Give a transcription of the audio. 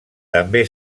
també